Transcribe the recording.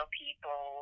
people